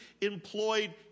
employed